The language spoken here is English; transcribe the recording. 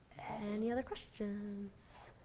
any other questions?